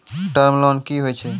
Term loan कि होय छै?